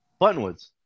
Buttonwoods